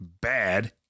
bad